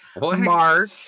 Mark